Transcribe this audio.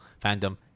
fandom